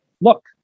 look